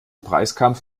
preiskampf